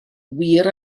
wir